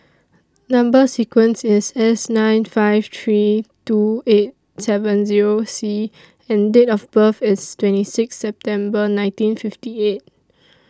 Number sequence IS S nine five three two eight seven Zero C and Date of birth IS twenty six September nineteen fifty eight